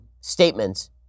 statements